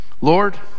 Lord